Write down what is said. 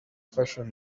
fashion